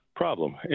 problem